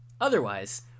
Otherwise